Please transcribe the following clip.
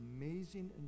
amazing